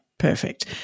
Perfect